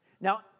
Now